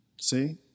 See